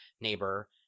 neighbor